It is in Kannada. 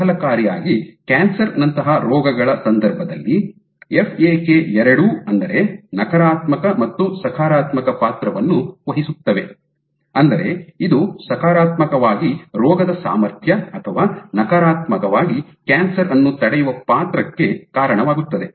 ಕುತೂಹಲಕಾರಿಯಾಗಿ ಕ್ಯಾನ್ಸರ್ ನಂತಹ ರೋಗಗಳ ಸಂದರ್ಭದಲ್ಲಿ ಎಫ್ಎಕೆ ಎರಡೂ ಅಂದರೆ ನಕಾರಾತ್ಮಕ ಮತ್ತು ಸಕಾರಾತ್ಮಕ ಪಾತ್ರವನ್ನು ವಹಿಸುತ್ತವೆ ಅಂದರೆ ಇದು ಸಕಾರಾತ್ಮಕವಾಗಿ ರೋಗದ ಸಾಮರ್ಥ್ಯ ಅಥವಾ ನಕಾರಾತ್ಮವಾಗಿ ಕ್ಯಾನ್ಸರ್ ಅನ್ನು ತಡೆಯುವ ಪಾತ್ರಕ್ಕೆ ಕಾರಣವಾಗುತ್ತದೆ